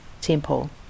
Temple